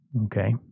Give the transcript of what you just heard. okay